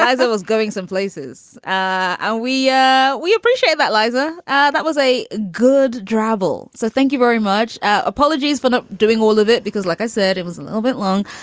there was going some places. are we? yeah we appreciate that, litsa that was a good drabble. so thank you very much. apologies for not doing all of it because like i said, it was a little bit long.